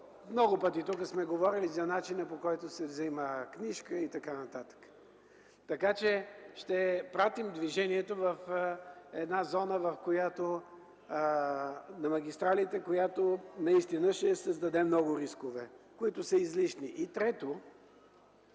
Много пъти тук сме говорили за начина, по който се взема книжка и така нататък. Така че ще пратим движението по магистралите в зона, която ще създаде много рискове, които са излишни. И трето,